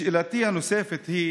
שאלתי הנוספת היא